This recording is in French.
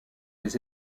les